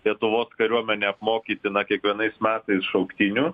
lietuvos kariuomenę apmokyti na kiekvienais metais šauktinių